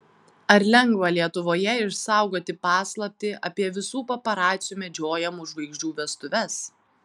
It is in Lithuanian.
ar lengva lietuvoje išsaugoti paslaptį apie visų paparacių medžiojamų žvaigždžių vestuves